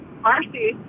Marcy